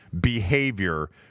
behavior